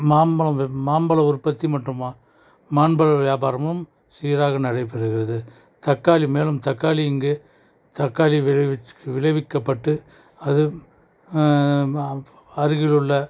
மாம்பழம் மாம்பழம் உற்பத்தி மற்றும் மாம்பழ வியாபாரமும் சீராக நடைபெறுகிறது தக்காளி மேலும் தக்காளி இங்கு தக்காளி விளைவிக்க விளைவிக்கப்பட்டு அது அருகில் உள்ள